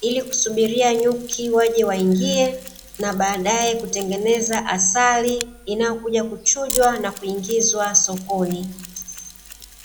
ili kusubiria nyuki waje waingie na baadae kutengeneza asali inayokuja kuchujwa na kuingizwa sokoni.